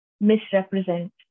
misrepresent